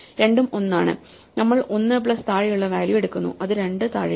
രണ്ടും ഒന്നാണ് നമ്മൾ 1 പ്ലസ് താഴെയുള്ള വാല്യൂ എടുക്കുന്നു അത് രണ്ട് താഴെയാണ്